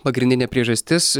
pagrindinė priežastis